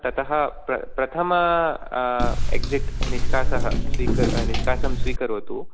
ततः प्रथम एग्झिट् निष्कासः निष्कासं स्वीकरोतु